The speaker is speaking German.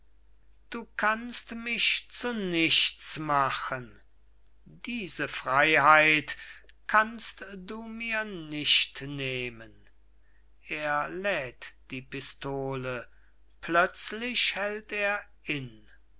du kannst mich zu nichts machen diese freyheit kannst du mir nicht nehmen er ladet die pistole plötzlich hält er